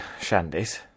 shandies